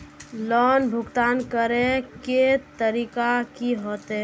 Loan भुगतान करे के तरीका की होते?